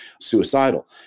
suicidal